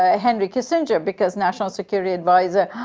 ah henry kissinger because national security adviser